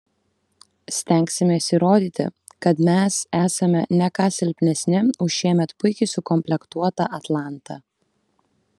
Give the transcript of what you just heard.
stengsimės įrodyti kad mes esame ne ką silpnesnį už šiemet puikiai sukomplektuotą atlantą